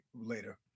later